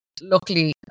luckily